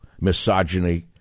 misogyny